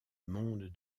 monde